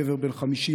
גבר בן 50,